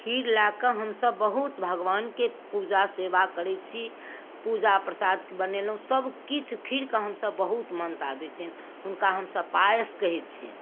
खीर लैके हमसब बहुत भगवानके पूजा सेबा करैत छी पूजा प्रसाद बनेलहुँ सब किछु खीर कऽ हमसब बहुत मान्यता दै छिअनि हुनका हमसब पायस कहैत छिअनि